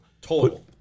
Total